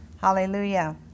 Hallelujah